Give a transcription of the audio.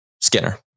Skinner